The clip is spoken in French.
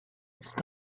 c’est